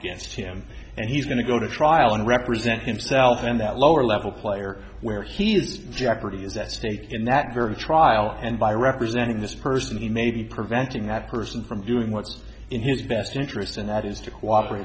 against him and he's going to go to trial in represent himself and that lower level player where he is jeopardy is at stake in that trial and by representing this person he may be preventing that person from doing what's in his best interests and that is to cooperate